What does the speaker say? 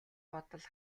бодол